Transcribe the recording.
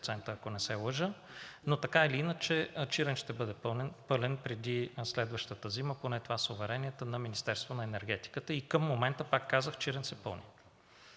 ако не се лъжа, но така или иначе Чирен ще бъде пълен преди следващата зима, поне това са уверенията на Министерството на енергетиката. Към момента, пак казах, Чирен се пълни.